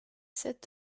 sept